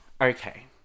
Okay